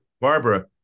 Barbara